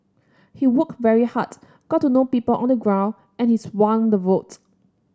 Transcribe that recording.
he worked very hard got to know people on the ground and he swung the vote